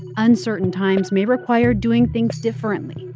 uncertain times may require doing things differently,